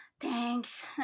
Thanks